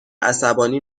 عصبانی